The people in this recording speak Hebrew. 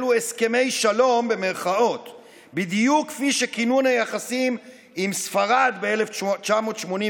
אלו "הסכמי שלום" בדיוק כפי שכינון היחסים עם ספרד ב-1986